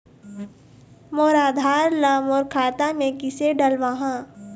मोर आधार ला मोर खाता मे किसे डलवाहा?